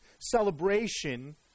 celebration